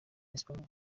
esipanye